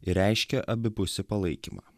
ir reiškia abipusį palaikymą